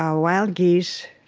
ah wild geese,